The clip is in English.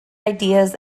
ideas